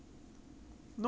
no